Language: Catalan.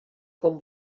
com